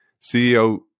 CEO